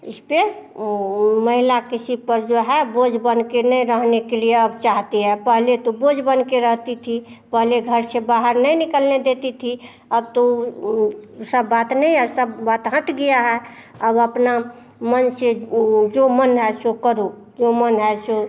इसपे महिला किसी पर जो है बोझ बनके नहीं रहने के लिए अब चाहती है पहले तो बोझ बनके रहती थी पहले घर शे बाहर नहीं निकलने देती थी अब तो ऊ सब बात नहीं है सब बात हट गया है अब अपना मन से वो जो मन आए सो करो जो मन आए सो